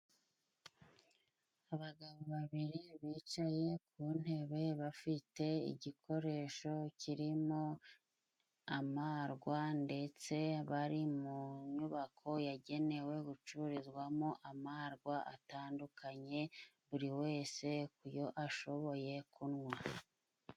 Abagabo babiri bicaye ku ntebe, bafite igikoresho kirimo amarwa. Ndetse bari mu nyubako yagenewe gucururizwamo amarwa atandukanye, buri wese ku yo ashoboye kunywa.